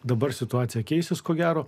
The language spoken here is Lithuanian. dabar situacija keisis ko gero